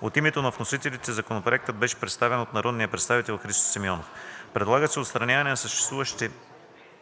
От името на вносителите Законопроектът беше представен от народния представител Христо Симеонов. Предлага се отстраняването на съществуващи